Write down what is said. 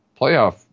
playoff